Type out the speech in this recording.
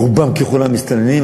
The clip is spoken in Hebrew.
רובם ככולם מסתננים,